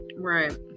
Right